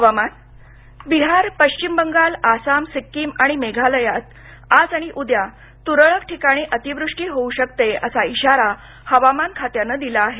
हवामान बिहार पश्चिम बंगाल आसाम सिक्कीम आणि मेघालयात आज आणि उद्या तुरळक ठिकाणी अतिवृष्टी होऊ शकते असा इशारा हवामान खात्यानं दिला आहे